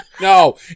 no